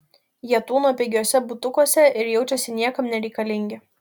jie tūno pigiuose butukuose ir jaučiasi niekam nereikalingi